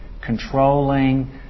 controlling